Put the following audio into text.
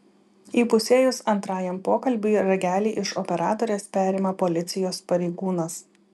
įpusėjus antrajam pokalbiui ragelį iš operatorės perima policijos pareigūnas